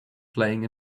playing